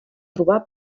trobar